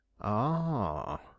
Ah